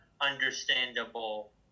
understandable